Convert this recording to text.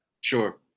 Sure